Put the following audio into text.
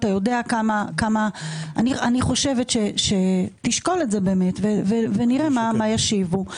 אתה יודע אני חושבת שתשקול את זה ונראה מה ישיבו,